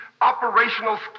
operational